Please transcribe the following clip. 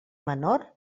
menor